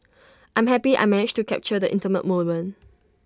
I'm happy I managed to capture the intimate moment